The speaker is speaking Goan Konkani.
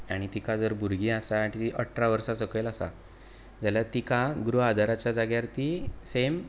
आनी तिका जर भुरगीं आसा आनी ती अठरा वर्सा सकयल आसा जाल्यार तिका गृह आदाराच्या जाग्यार ती सेम